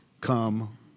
come